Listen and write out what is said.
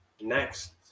Next